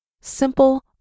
simple